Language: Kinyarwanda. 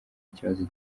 kibazo